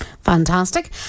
Fantastic